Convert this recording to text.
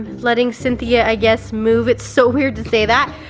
letting cynthia, i guess, move? it's so weird to say that,